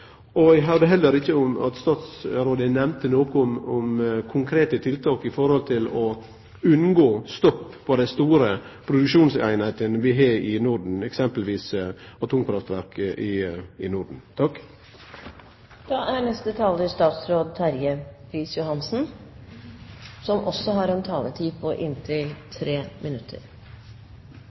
transparent. Eg høyrde heller ikkje at statsråden nemnde noko om konkrete tiltak for å unngå stopp på dei store produksjonseiningane vi har i Norden, eksempelvis atomkraftverka i Norden. Jeg er litt forundret over at interpellanten fortsetter å uttrykke seg som om vi har